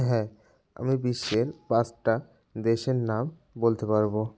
হ্যাঁ আমি বিশ্বের পাঁচটা দেশের নাম বলতে পারবো